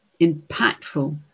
impactful